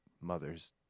mother's